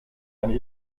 eine